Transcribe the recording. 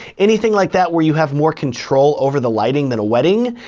anything like that where you have more control over the lighting than a wedding,